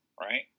Right